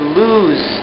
lose